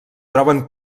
troben